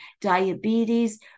diabetes